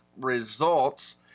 results